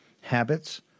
habits